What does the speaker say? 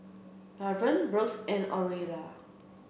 Lavern Brooks and Aurelia